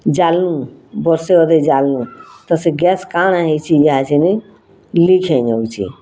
ଜାଲ୍ନୁ ବର୍ଷେ ଅଧେ ଜାଲ୍ନୁ ତ ସେ ଗ୍ୟାସ୍ କାଣା ହେଇଛେ ଇହାଛିନି ଲିକ୍ ହେଇଯାଉଛେ